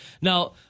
Now